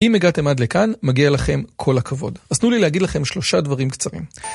אם הגעתם עד לכאן, מגיע לכם כל הכבוד. אז תנו לי להגיד לכם שלושה דברים קצרים.